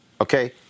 okay